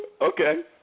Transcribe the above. Okay